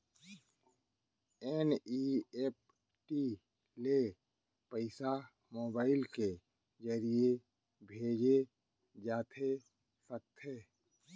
NEFT ले पइसा mobile के ज़रिए भेजे जाथे सकथे?